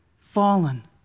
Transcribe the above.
fallen